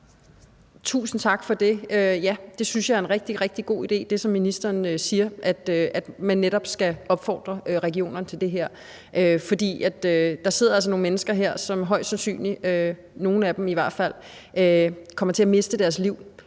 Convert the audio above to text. ministeren siger, synes jeg er en rigtig, rigtig god idé, altså at man netop skal opfordre regionerne til det her. For der sidder altså nogle mennesker her, som højst sandsynligt – nogle af dem i hvert fald – kommer til at miste deres liv,